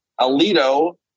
Alito